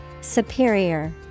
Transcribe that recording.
Superior